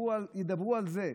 ידברו על זה,